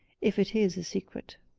if it is a secret.